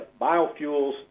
Biofuels